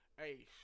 hey